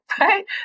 right